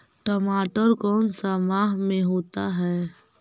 टमाटर कौन सा माह में होता है?